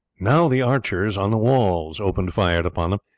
now the archers on the walls opened fire upon them,